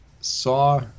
saw